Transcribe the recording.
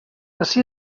ací